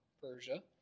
Persia